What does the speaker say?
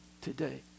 today